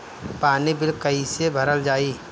पानी बिल कइसे भरल जाई?